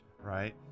right